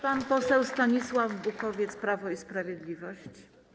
Pan poseł Stanisław Bukowiec, Prawo i Sprawiedliwość.